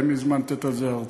אין לי זמן לתת על הזה הרצאה.